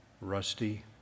Rusty